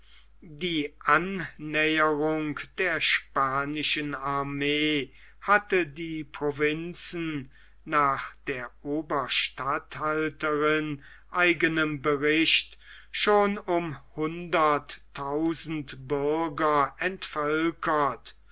die annäherung der spanischen armee hatte die provinzen nach der oberstatthalterin eigenem bericht schon um hunderttausend bürger entvölkert